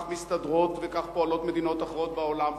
מסתדרות וכך פועלות מדינות אחרות בעולם,